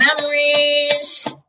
memories